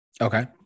Okay